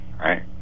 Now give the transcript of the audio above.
right